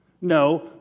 No